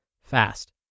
fast